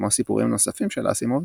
כמו סיפורים נוספים של אסימוב,